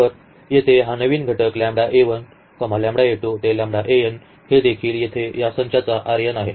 तर येथे हा नवीन घटक हे देखील येथे या संचाचे Rn आहे